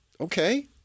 Okay